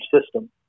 system